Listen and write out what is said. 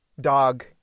dog